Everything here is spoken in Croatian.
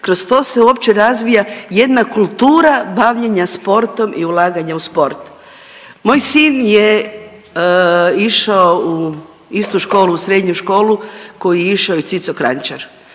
kroz to se uopće razvija jedna kultura bavljenja sportom i ulaganja u sport. Moj sin je išao u istu školu, srednju školu u koju je išao i Cico Kranjčar.